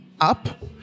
up